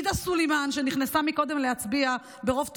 עאידה סלימאן, שנכנסה קודם להצביע ברוב תעוזתה,